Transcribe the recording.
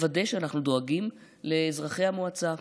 לוודא שאנחנו דואגים לאזרחי המועצה.